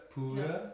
Pura